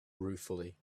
ruefully